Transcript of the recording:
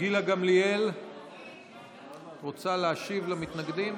גילה גמליאל, את רוצה להשיב למתנגדים?